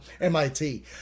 MIT